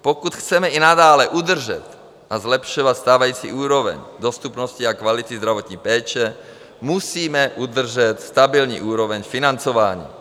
Pokud chceme i nadále udržet a zlepšovat stávající úroveň dostupnosti a kvality zdravotní péče, musíme udržet stabilní úroveň financování.